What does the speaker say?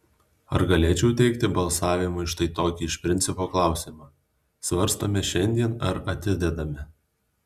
ar galėčiau teikti balsavimui štai tokį iš principo klausimą svarstome šiandien ar atidedame